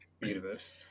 universe